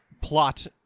plot